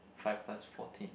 five plus fourteen